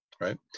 right